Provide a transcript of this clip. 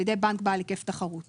על ידי בנק בעל היקף תחרות.